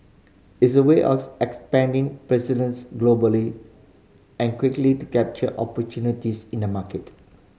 it's a way of expanding presence globally and quickly to capture opportunities in the market